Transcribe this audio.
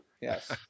Yes